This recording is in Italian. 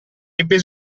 ebbe